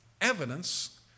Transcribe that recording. evidence